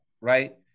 right